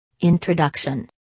Introduction